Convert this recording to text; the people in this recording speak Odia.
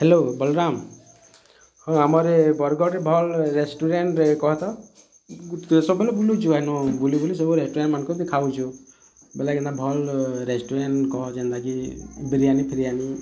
ହାଲୋ ବଳରାମ୍ ହଁ ଆମରେ ବର୍ଗଡ଼ ଭଲ୍ ରେଷ୍ଟୁରାଣ୍ଟ କହ ତ ତୁ ସବୁଦିନେ ବୁଲୁଚୁ ଏନୁ ବୁଲି ବୁଲି ମାନଙ୍କେ ଖାଉଚୁ ବେଲେ କେନ୍ତା ଭଲ୍ ରେଷ୍ଟୁରାଣ୍ଟ୍ କହ ଯେନ୍ତା କି ବିରିୟାନୀ ଫିରିୟାନୀ